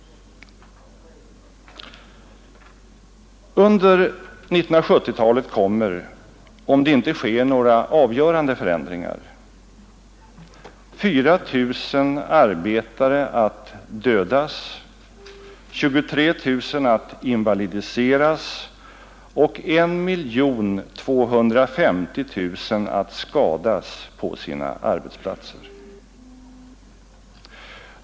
Under 1970-talet kommer — om det inte sker några avgörande förändringar — 4 000 arbetare att dödas, 23 000 att invalidiseras och 1 250 000 att skadas på sina arbetsplatser.